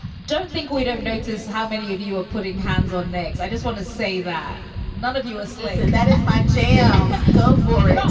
don't think we don't notice how many of you are putting hands on legs. i just want to say that none of you are sleeping and that is my jam go for it.